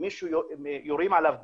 ומישהו יורים עליו בבית,